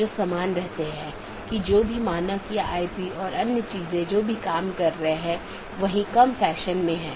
जबकि जो स्थानीय ट्रैफिक नहीं है पारगमन ट्रैफिक है